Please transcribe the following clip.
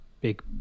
big